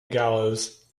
gallows